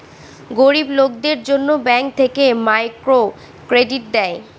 গরিব লোকদের জন্য ব্যাঙ্ক থেকে মাইক্রো ক্রেডিট দেয়